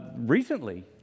recently